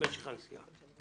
משך הנסיעה?